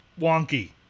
wonky